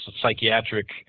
psychiatric